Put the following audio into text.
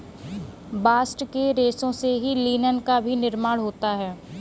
bast के रेशों से ही लिनन का भी निर्माण होता है